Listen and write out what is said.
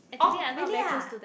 orh really ah